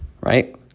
right